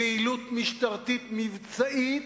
פעילות משטרתית מבצעית,